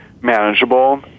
manageable